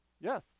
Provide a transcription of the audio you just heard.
Yes